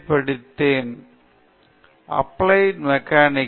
பக்தி பட்டேல் எந்த துறை அப்ளைடு மெக்கானிக்